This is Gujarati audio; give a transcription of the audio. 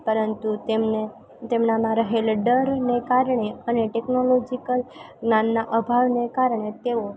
પરંતુ તેમને તેમનામાં રહેલો ડરને કારણે અને ટેકનોલોજીકલ જ્ઞાનના અભાવને કારણે તેઓ